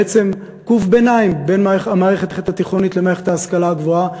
בעצם גוף ביניים בין המערכת התיכונית למערכת ההשכלה הגבוהה,